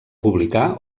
publicar